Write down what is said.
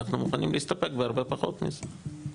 אנחנו מוכנים להסתפק בהרבה פחות מזה.